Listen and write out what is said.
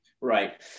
Right